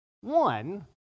One